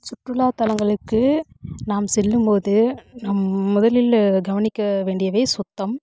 சுற்றுலாத்தலங்களுக்கு நாம் செல்லும்போது நம் முதலில் கவனிக்க வேண்டியவை சுத்தம்